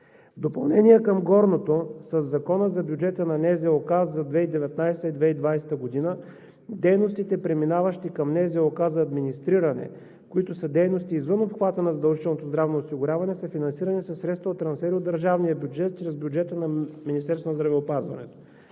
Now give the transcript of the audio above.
допълнение към горното, със Закона за бюджета на НЗОК за 2019 г. и 2020 г. дейностите, преминаващи към НЗОК за администриране, които са дейности извън обхвата на задължителното здравно осигуряване, са финансирани със средствата от трансфери от държавния бюджет чрез бюджета на Министерството на здравеопазването.